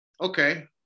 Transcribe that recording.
Okay